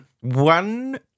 One